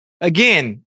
Again